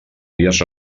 vies